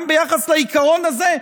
גם ביחס לעיקרון הזה,